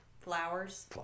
Flowers